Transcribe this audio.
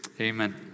Amen